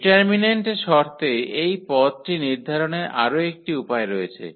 determinant এর শর্তে এই পদটি নির্ধারণের আরও একটি উপায় রয়েছে